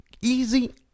easy